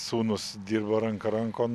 sūnūs dirba ranka rankon